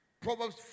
Proverbs